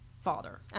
father